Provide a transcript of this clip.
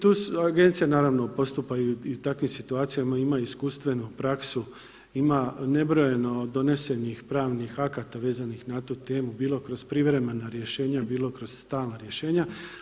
Tu su, agencija naravno postupa i u takvim situacijama ima iskustvenu praksu, ima nebrojeno donesenih pravnih akata vezanih na tu temu bilo kroz privremena rješenja, bilo kroz stalna rješenja.